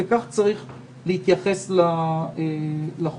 כך צריך להתייחס לחוקים